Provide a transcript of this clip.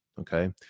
okay